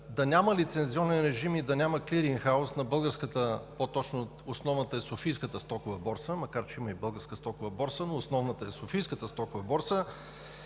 да няма лицензионен режим и да няма клиринг хауз на българската – по-точно основната е Софийската стокова борса, макар че има и Българска стокова борса, но основната е Софийската стокова борса,